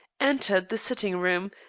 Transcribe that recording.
entered the sitting-room,